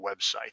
website